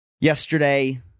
Yesterday